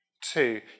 Two